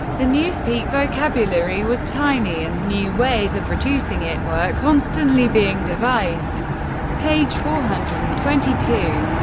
the newspeak vocabulary was tiny, and new ways of reducing it were constantly being devised page four hundred and twenty two.